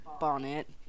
bonnet